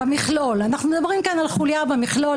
אנחנו מדברים כאן על חולייה במכלול,